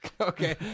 Okay